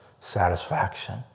satisfaction